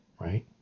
right